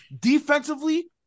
Defensively